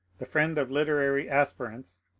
the friend of literary aspirants,